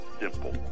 simple